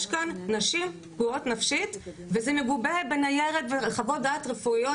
יש כאן נשים פגועות נפשית וזה מגובה בניירת ובחוות דעת רפואיות,